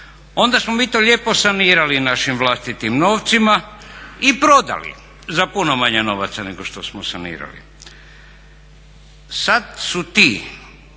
Onda smo mi to lijepo sanirali našim vlastitim novcima i prodali za puno manje novaca nego što smo sanirali. Sad su ti